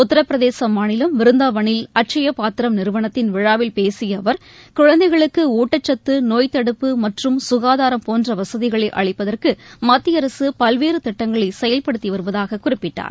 உத்தரப்பிரதேச மாநிலம் விருந்தாவனில் அக்சய பாத்திரம் நிறுவனத்தின் விழாவில் பேசிய அவர் குழந்தைகளுக்கு ஊட்டச்சத்து நோய்தடுப்பு மற்றும் சுகாதாரம் போன்ற வசதிகளை அளிப்பதற்கு மத்திய அரசு பல்வேறு திட்டங்களை செயல்படுத்தி வருவதாக குறிப்பிட்டார்